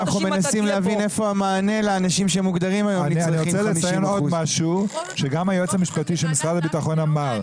אנחנו מנסים להבין איפה המענה לאנשים שמוגדרים היום נצרכים 50%. אני רוצה לציין עוד משהו שגם היועץ המשפטי של משרד הביטחון אמר,